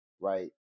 right